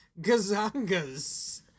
gazangas